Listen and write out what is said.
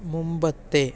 മുൻപത്തെ